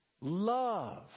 Love